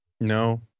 No